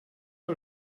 que